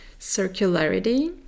circularity